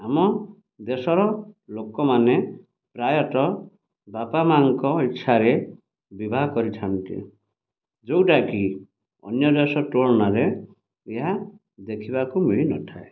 ଆମ ଦେଶର ଲୋକମାନେ ପ୍ରାୟତଃ ବାପା ମାଆଙ୍କ ଇଚ୍ଛାରେ ବିବାହ କରିଥାନ୍ତି ଯୋଉଟାକି ଅନ୍ୟ ଦେଶ ତୁଳନାରେ ଏହା ଦେଖିବାକୁ ମିଳିନଥାଏ